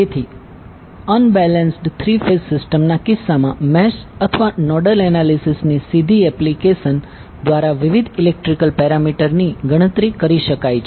તેથી unbalanced three phase સીસ્ટમના કિસ્સામાં મેશ અથવા નોડલ એનાલીસીસ ની સીધી એપ્લિકેશન દ્વારા વિવિધ ઈલેક્ટ્રીકલ પેરામીટર ની ગણતરી કરી શકાય છે